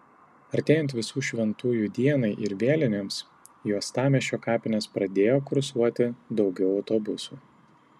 artėjant visų šventųjų dienai ir vėlinėms į uostamiesčio kapines pradėjo kursuoti daugiau autobusų